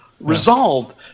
Resolved